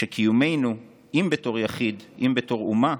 שקיומנו, אם בתור יחיד אם בתור אומה,